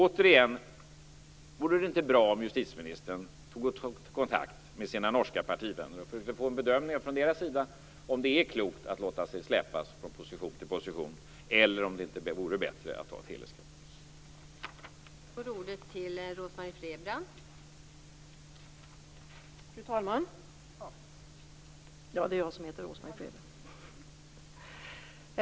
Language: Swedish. Återigen: Vore det inte bra om justitieministern tog kontakt med sina norska partivänner och försökte få en bedömning från deras sida om det är klokt att låta sig släpas från position till position eller om det inte vore bättre att ta ett helhetsgrepp?